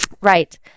right